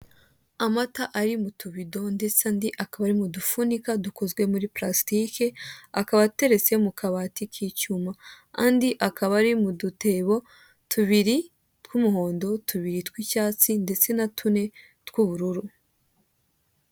Amata ari mu tubido ndetse andi akaba ari mu dufunika dukozwe muri purasitiki akaba ateretse mu kabati k'icyuma, andi akaba ari mu dutebo tubiri tw'umuhondo, tubiri tw'icyatsi ndetse na tune tw'ubururu.